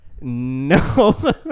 no